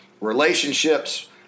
relationships